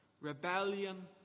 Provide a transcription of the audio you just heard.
rebellion